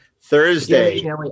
Thursday